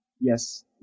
yes